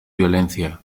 violencia